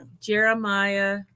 Jeremiah